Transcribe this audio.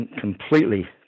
completely